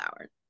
hour